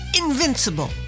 invincible